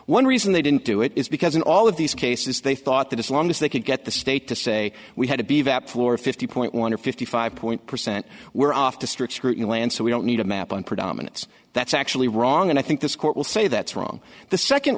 one reason they didn't do it is because in all of these cases they thought that as long as they could get the state to say we had to be that floor fifty one or fifty five point percent we're off to strict scrutiny land so we don't need a map on predominance that's actually wrong and i think this court will say that's wrong the second